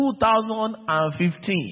2015